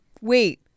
wait